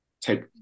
take